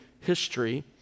history